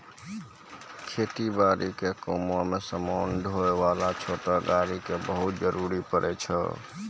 खेती बारी के कामों मॅ समान ढोय वाला छोटो गाड़ी के बहुत जरूरत पड़ै छै